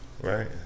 Right